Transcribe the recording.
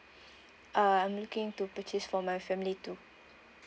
uh I'm looking to purchase for my family too